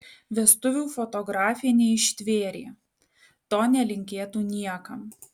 vestuvių fotografė neištvėrė to nelinkėtų niekam